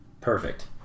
Perfect